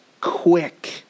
quick